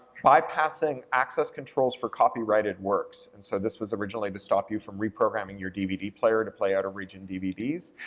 bypassing access controls for copyrighted works. and so this was originally to stop you from reprogramming your dvd player to play out of region dvds,